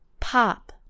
Pop